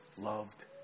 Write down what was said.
loved